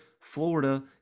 Florida